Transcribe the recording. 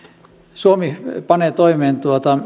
suomi panee toimeen